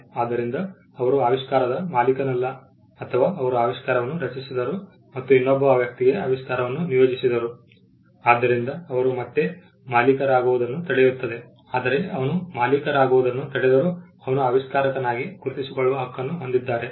ಆದ್ದರಿಂದ ಅವರು ಆವಿಷ್ಕಾರದ ಮಾಲೀಕನಲ್ಲ ಅಥವಾ ಅವರು ಆವಿಷ್ಕಾರವನ್ನು ರಚಿಸಿದರು ಮತ್ತು ಇನ್ನೊಬ್ಬ ವ್ಯಕ್ತಿಗೆ ಆವಿಷ್ಕಾರವನ್ನು ನಿಯೋಜಿಸಿದರು ಆದ್ದರಿಂದ ಅವರು ಮತ್ತೆ ಮಾಲೀಕರಾಗುವುದನ್ನು ತಡೆಯುತ್ತದೆ ಆದರೆ ಅವನು ಮಾಲೀಕರಾಗುವುದನ್ನು ತಡೆದರು ಅವನು ಆವಿಷ್ಕಾರಕನಾಗಿ ಗುರುತಿಸಿಕೊಳ್ಳುವ ಹಕ್ಕನ್ನು ಹೊಂದಿದ್ದಾರೆ